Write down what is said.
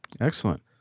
Excellent